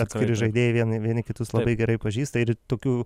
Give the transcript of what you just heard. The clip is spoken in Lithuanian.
atskiri žaidėjai vieni vieni kitus labai gerai pažįsta ir tokių